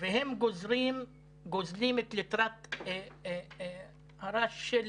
והם גוזלים את ליטרת הרש של